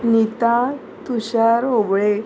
नितां तुशार होबळे